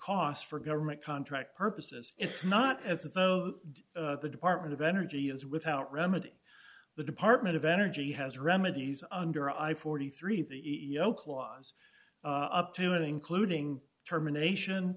costs for government contract purposes it's not as if the the department of energy is without remedy the department of energy has remedies under i forty three the e o clause up to many including termination